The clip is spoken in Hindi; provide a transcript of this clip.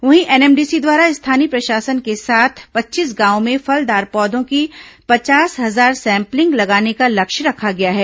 वहीं एनएमडीसी द्वारा स्थानीय प्रशासन के साथ पच्चीस गांवों में फलदार पौधों की पचास हजार सैपलिंग लगाने का लक्ष्य रखा गया है